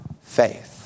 faith